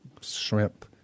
shrimp